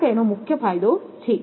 આ તેનો મુખ્ય ફાયદો છે